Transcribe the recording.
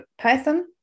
Python